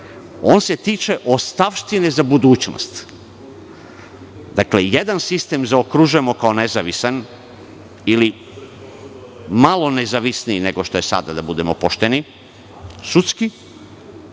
on se tiče ostavštine za budućnost. Dakle, jedan sistem zaokružujemo kao nezavistan ili malo nezavisniji, nego što je sada, da budemo pošteni. Sudski